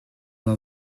doit